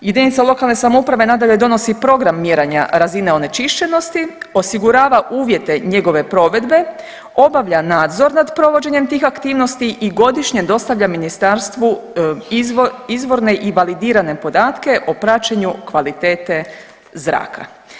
Jedinice lokalne samouprave nadalje donosi program mjerenja razine onečišćenja, osigurava uvjete njegove provedbe, obavlja nadzor nad provođenjem tih aktivnosti i godišnje dostavlja Ministarstvu izvorne i validirane podatke o praćenju kvalitete zraka.